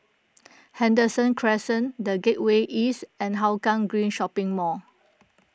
Henderson Crescent the Gateway East and Hougang Green Shopping Mall